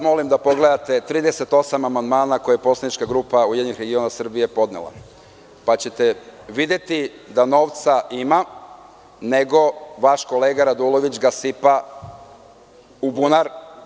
Molim vas da pogledate 38 amandmana koje je poslanička grupa URS podnela, pa ćete videti da novca ima, nego vaš kolega Radulović ga rasipa u bunar.